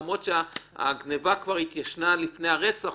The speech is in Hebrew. למרות שהגניבה התיישנה עוד לפני הרצח?